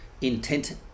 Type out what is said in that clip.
intent